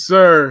Sir